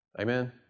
Amen